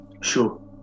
sure